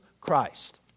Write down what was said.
Christ